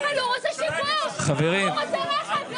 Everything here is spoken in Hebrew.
אבל הוא רוצה שיקום והוא רוצה רכב.